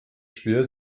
schwer